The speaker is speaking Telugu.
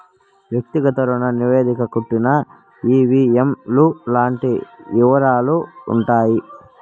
వ్యక్తిగత రుణ నివేదికలో కట్టిన ఈ.వీ.ఎం లు లాంటి యివరాలుంటాయి